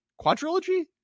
quadrilogy